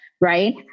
right